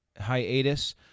hiatus